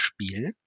Spiel